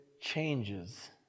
changes